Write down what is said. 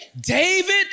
David